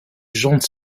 jantes